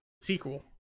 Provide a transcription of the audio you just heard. sequel